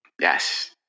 Yes